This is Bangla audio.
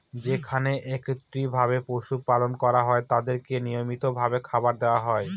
যেখানে একত্রিত ভাবে পশু পালন করা হয় তাদেরকে নিয়মিত ভাবে খাবার দেওয়া হয়